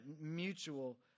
Mutual